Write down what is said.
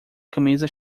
camisa